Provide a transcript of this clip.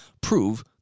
prove